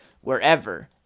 wherever